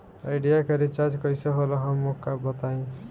Idea के recharge कईसे होला हमका बताई?